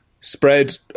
spread